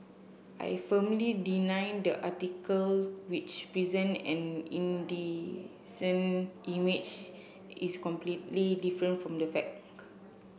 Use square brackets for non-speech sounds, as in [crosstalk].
I firmly deny the article which present an indecent image is completely different from the [unintelligible]